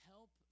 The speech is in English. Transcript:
Help